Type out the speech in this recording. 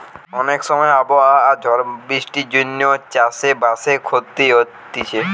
অনেক সময় আবহাওয়া আর ঝড় বৃষ্টির জন্যে চাষ বাসে ক্ষতি হতিছে